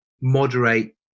moderate